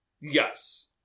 Yes